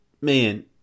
man